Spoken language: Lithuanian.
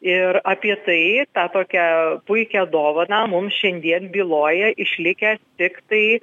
ir apie tai tą tokią puikią dovaną mums šiandien byloja išlikę tiktai